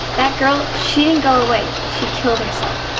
that girl. she didn't go away. she killed herself.